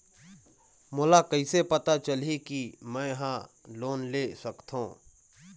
मोला कइसे पता चलही कि मैं ह लोन ले सकथों?